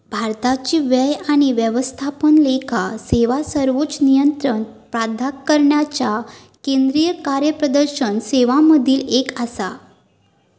भारताची व्यय आणि व्यवस्थापन लेखा सेवा सर्वोच्च नियंत्रण प्राधिकरणाच्या केंद्रीय कार्यप्रदर्शन सेवांमधली एक आसा